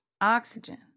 Oxygen